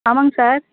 ஆமாங்க சார்